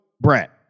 Brett